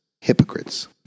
Hypocrites